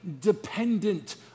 dependent